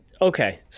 Okay